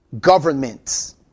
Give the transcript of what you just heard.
government